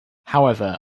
however